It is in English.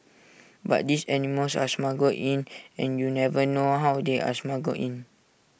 but these animals are smuggled in and you never know how they are smuggled in